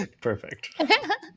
Perfect